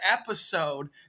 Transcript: episode